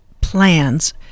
plans